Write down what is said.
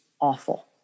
awful